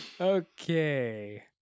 Okay